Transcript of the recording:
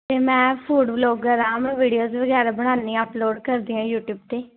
ਅਤੇ ਮੈਂ food vlogger ਹਾਂ ਮੈਂ ਵੀਡੀਓਜ਼ ਵਗੈਰਾ ਬਣਾਉਂਦੀ ਹਾਂ ਅਪਲੋਡ ਕਰਦੀ ਹਾਂ ਯੂਟਿਊਬ 'ਤੇ